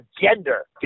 gender